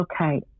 okay